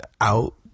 out